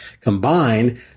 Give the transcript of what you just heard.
Combined